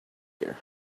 here